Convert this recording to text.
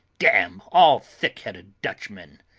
damn all thick-headed dutchmen!